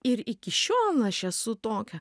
ir iki šiol aš esu tokia